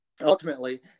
Ultimately